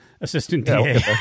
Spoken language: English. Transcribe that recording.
Assistant